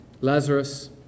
Lazarus